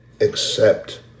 accept